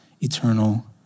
eternal